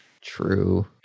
True